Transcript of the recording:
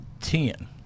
Ten